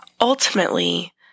Ultimately